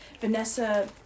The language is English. Vanessa